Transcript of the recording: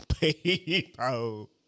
People